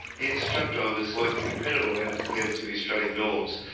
yes truck drivers work an incredible amount compared to the australian norms.